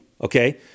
okay